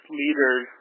leaders